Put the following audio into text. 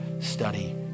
study